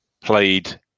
played